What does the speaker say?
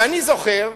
ואני זוכר,